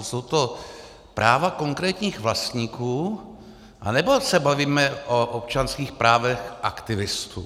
Jsou to práva konkrétních vlastníků, anebo se bavíme o občanských právech aktivistů?